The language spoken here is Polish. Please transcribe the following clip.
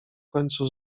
końcu